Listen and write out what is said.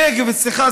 הנגב אצלך,